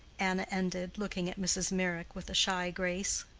anna ended, looking at mrs. meyrick with a shy grace.